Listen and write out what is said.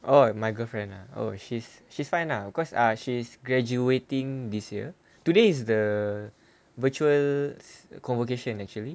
oh my girlfriend ah oh she's she's fine lah because ah she's graduating this year today is the virtual convocation actually